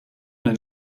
den